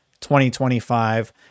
2025